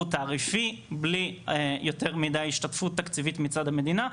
תעריפי בלי יותר מידי השתתפות תקציבית מצד המדינה,